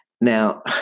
Now